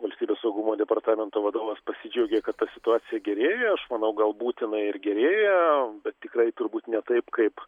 valstybės saugumo departamento vadovas pasidžiaugė kad situacija gerėja aš manau galbūt jinai ir gerėja bet tikrai turbūt ne taip kaip